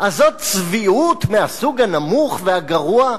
אז זאת צביעות מהסוג הנמוך והגרוע,